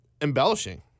embellishing